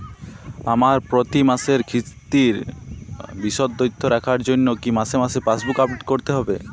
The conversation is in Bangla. আমার প্রতি মাসের কিস্তির বিশদ তথ্য রাখার জন্য কি মাসে মাসে পাসবুক আপডেট করতে হবে?